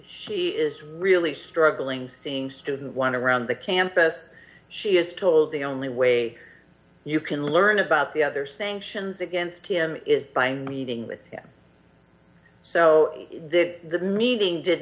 she is really struggling seeing student one around the campus she is told the only way you can learn about the other sanctions against him is by meeting with him so d the meeting did